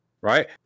Right